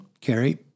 Carrie